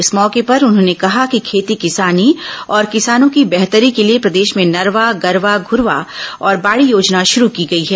इस मौके पर उन्होंने कहा कि खेती किसानी और किसानों की बेहतरी के लिए प्रदेश में नरवा गरवा घूरवा और बाड़ी योजना शुरू की गई है